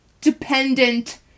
dependent